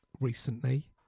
recently